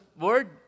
word